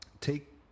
take